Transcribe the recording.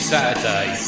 Saturday